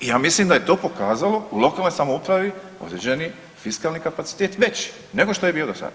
I ja mislim da je to pokazalo u lokalnoj samoupravi određeni fiskalni kapacitet veći nego što je bio do sada.